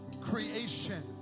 creation